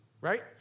right